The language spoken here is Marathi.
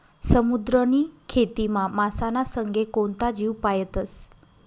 समुद्रनी खेतीमा मासाना संगे कोणता जीव पायतस?